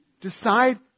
decide